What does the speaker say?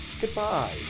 Goodbye